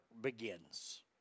begins